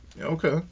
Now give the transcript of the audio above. Okay